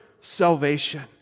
salvation